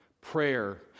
Prayer